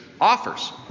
offers